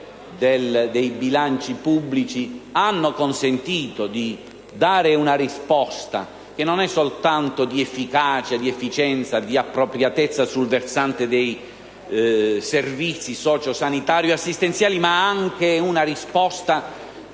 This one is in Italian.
dei bilanci pubblici - che hanno consentito di dare una risposta, che non riguarda soltanto l'efficacia, l'efficienza e l'appropriatezza sul versante dei servizi socio-sanitari e assistenziali, ma è anche una risposta